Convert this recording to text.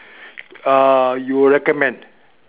uh you recommend